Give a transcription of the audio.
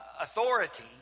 authority